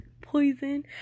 poison